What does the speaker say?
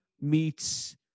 meets